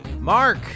Mark